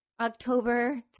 October